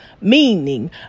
meaning